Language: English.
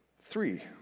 Three